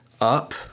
up